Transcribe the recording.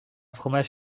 fromage